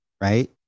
Right